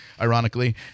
ironically